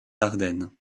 ardennes